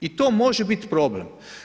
I to može biti problem.